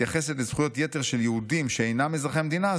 מתייחסת לזכויות יתר של יהודים שאינם אזרחי המדינה,